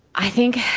i think,